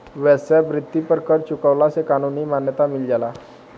वेश्यावृत्ति पर कर चुकवला से कानूनी मान्यता मिल जाला